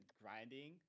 grinding